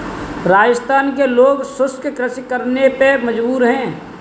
राजस्थान के लोग शुष्क कृषि करने पे मजबूर हैं